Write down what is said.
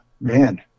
man